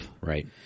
Right